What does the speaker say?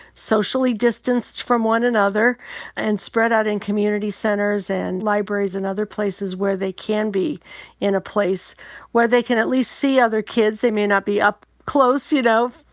socially distanced from one another and spread out in community centers and libraries and other places where they can be in a place where they can at least see other kids. they may not be up close, you know,